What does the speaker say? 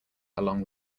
along